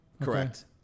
Correct